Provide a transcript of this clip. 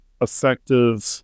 effective